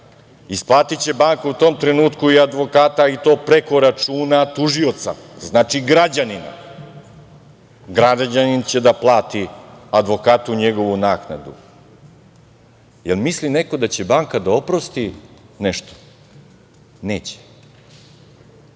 Isplatiće banka u tom trenutku i advokata, i to preko računa tužioca, znači građanina. Građanin će da plati advokatu njegovu naknadu. Jel misli neko da će banka da oprosti nešto? Neće.